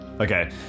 Okay